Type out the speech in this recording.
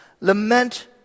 Lament